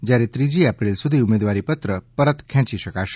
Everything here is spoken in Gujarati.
જયારે ત્રીજી એપ્રિલ સુધી ઉમેદવારીપત્ર પરત ખેચી શકાશે